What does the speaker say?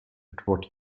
edward